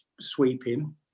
sweeping